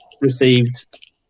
received